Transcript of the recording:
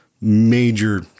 major